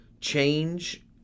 change